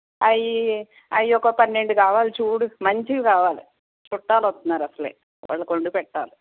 అవి అవి ఒక పన్నెండు కావాలి చూడు మంచివి కావాలి చుట్టాలు వస్తున్నారు అసలే వాళ్ళకి వండి పెట్టాలి